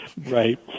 Right